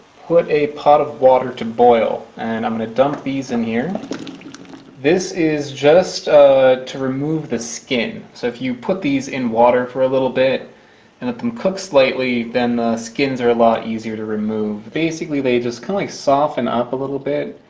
put a pot of water to boil and i'm gonna dump these in here this is just to remove the skin so if you put these in water for a little bit and let them cook slightly then the skins are a lot easier to remove basically they just kind of like soften up a little bit.